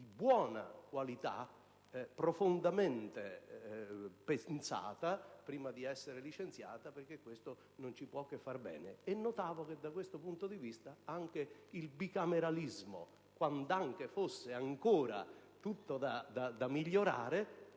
buona qualità, profondamente pensata prima di essere licenziata, perché questo non può che farci del bene. Notavo, inoltre, che da questo punto di vista anche il bicameralismo, quand'anche fosse tutto da migliorare,